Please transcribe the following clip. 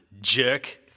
jerk